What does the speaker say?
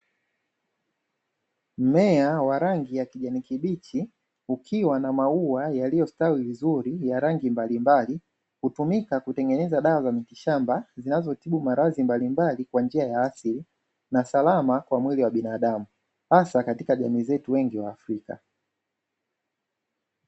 Mmea wa rangi ya kijani kibichi, ukiwa na maua yaliyostawi vizuri ya rangi mbalimbali, hutumika kutengeneza dawa za mitishamba zinazotibu maradhi mbalimbali kwa njia ya asili na salama kwa mwili wa mwanadamu hasa katika jamii zetu wengi waafrika.